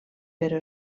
però